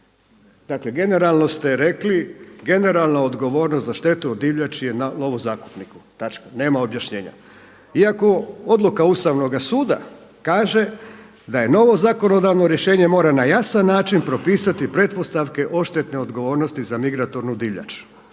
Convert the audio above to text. Dakle generalno ste rekli, generalna odgovornost za štetu od divljači je na lovo zakupniku. Nema objašnjenja. Iako odluka Ustavnoga suda kaže da je novo zakonodavno rješenje, mora na jasan način propisati pretpostavke odštetne odgovornosti za migratornu divljač.